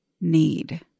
need